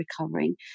recovering